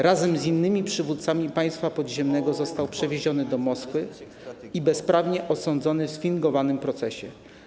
Razem z innymi przywódcami państwa podziemnego został przewieziony do Moskwy i bezprawnie osądzony w sfingowanym procesie.